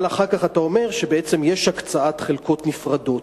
אבל אחר כך אתה אומר שבעצם יש הקצאת חלקות נפרדות.